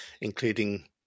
including